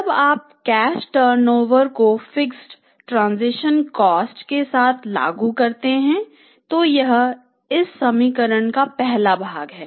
जब आप cash turnover है